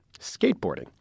skateboarding